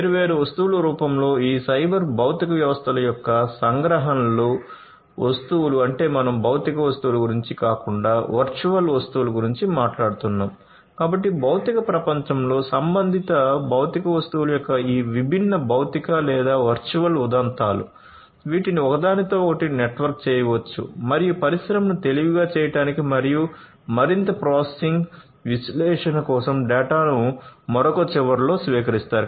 వేర్వేరు వస్తువుల రూపంలో ఈ సైబర్ భౌతిక వ్యవస్థల యొక్క సంగ్రహణలు కోసం డేటాను మరొక చివరలో స్వీకరిస్తారు